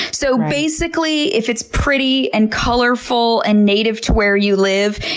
so basically, if it's pretty, and colorful, and native to where you live,